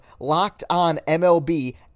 LOCKEDONMLB